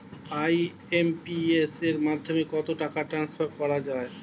IMPS এর মাধ্যমে কত টাকা ট্রান্সফার করা যায়?